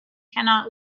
cannot